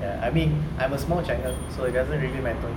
ya I mean I'm a small channel so it doesn't really matter